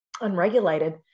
unregulated